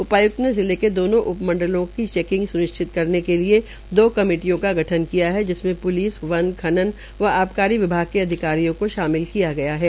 उपाय्क्त ने जिले के दोनों उप मंडलों की चैकिंग स्निश्चित करने के लिए दो कमेटियों का गठन किया है जिसमें प्लिस वन विभाग व आबकारी विभाग के अधिकारियों को शामिल किया गया है